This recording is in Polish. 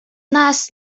nas